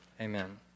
Amen